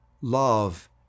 love